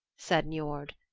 said niord.